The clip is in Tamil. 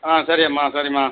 ஆ சரிங்கம்மா சரிம்மா